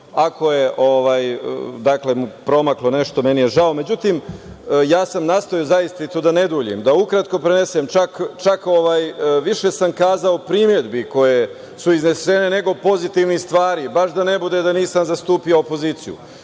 je promaklo nešto, meni je žao, međutim, ja sam nastojao zaista, da ne dužim, da ukratko prenesem čak sam više kazao primedbi koje su iznesene, nego pozitivnih stvari, baš da ne bude da nisam zastupao opoziciju. Do